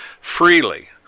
freely